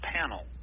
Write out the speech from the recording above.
Panel